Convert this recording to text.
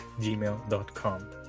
gmail.com